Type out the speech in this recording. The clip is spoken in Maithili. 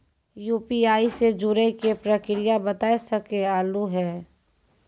यु.पी.आई से जुड़े के प्रक्रिया बता सके आलू है?